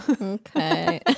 Okay